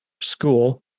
school